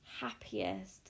happiest